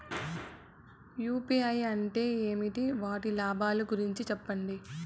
UPI అంటే ఏమి? వాటి లాభాల గురించి సెప్పండి?